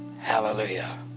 Hallelujah